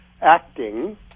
acting